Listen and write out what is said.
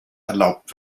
erlaubt